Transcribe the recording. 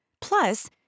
Plus